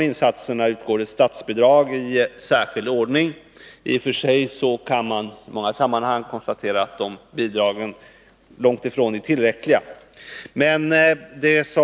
Härför utgår statsbidrag i särskild ordning. I och för sig kan man konstatera att de bidragen är långt ifrån tillräckliga.